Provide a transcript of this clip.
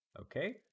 Okay